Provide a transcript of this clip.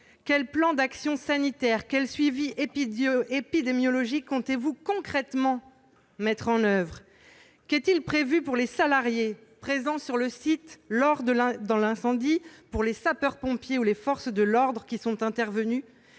quel plan d'action sanitaire, quel suivi épidémiologique comptez-vous concrètement mettre en oeuvre ? Qu'est-il prévu pour les salariés présents sur le site lors de l'incendie, pour les sapeurs-pompiers ou les forces de l'ordre qui sont intervenus,